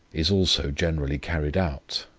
is also generally carried out.